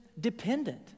dependent